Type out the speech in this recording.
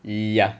ya